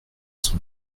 son